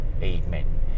Amen